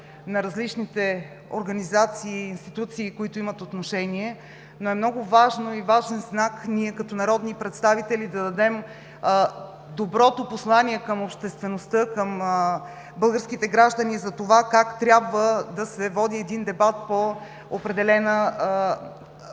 на различните организации и институции, които имат отношение, но е много важен знак ние като народни представители да дадем доброто послание към обществеността, към българските граждани за това как трябва да се води един дебат по определена